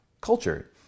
culture